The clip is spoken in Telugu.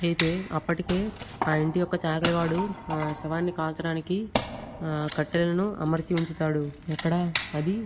అయితే అప్పటికే ఆ ఇంటి యొక్క చాకలి వాడు శవాన్ని కాల్చడానికి కట్టెలను అమర్చి ఉంచుతాడు ఎక్కడా అది